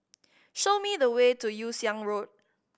show me the way to Yew Siang Road